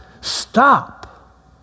stop